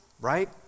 right